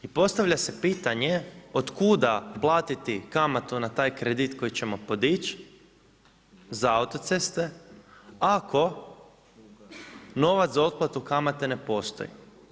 I postavlja se pitanje otkuda platiti kamatu na taj kredit koji ćemo podići za autoceste ako novac za otplatu kamate ne postoji.